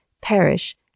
perish